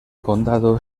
condado